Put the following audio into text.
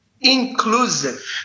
inclusive